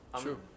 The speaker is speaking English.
True